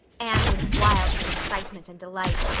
anne was wild with excitement and delight.